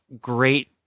great